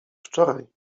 wczoraj